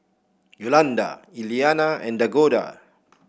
Yolanda Eliana and Dakoda